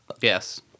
Yes